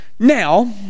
Now